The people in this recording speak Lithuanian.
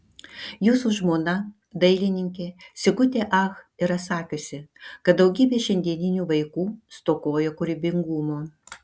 jūsų žmona dailininkė sigutė ach yra sakiusi kad daugybė šiandieninių vaikų stokoja kūrybingumo